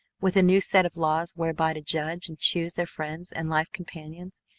with a new set of laws whereby to judge and choose their friends and life companions?